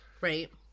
right